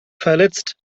verletzt